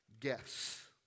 guess